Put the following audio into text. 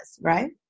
right